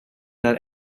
not